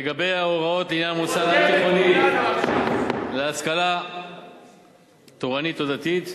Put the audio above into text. ולגבי ההוראות לעניין מוסד על-תיכוני להשכלה תורנית או דתית,